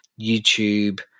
YouTube